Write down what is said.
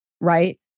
right